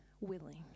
willing